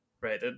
Right